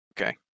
Okay